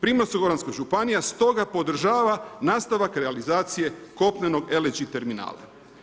Primorsko goranska županija, stoga podržava nastavak realizacije kopnenog LNG terminala.